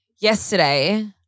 yesterday